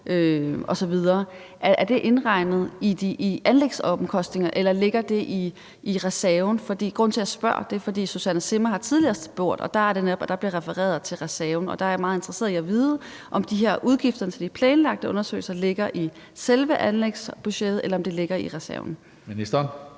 Er det indregnet i anlægsomkostningerne, eller ligger det i reserven? Grunden til, jeg spørger, er, at Susanne Zimmer tidligere har spurgt, og der blev refereret til reserven. Jeg er meget interesseret i at vide, om de her udgifter til de planlagte undersøgelser ligger i selve anlægsbudgettet, eller om de ligger i reserven. Kl.